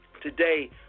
Today